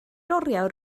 oriawr